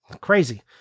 crazy